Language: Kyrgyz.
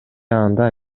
анда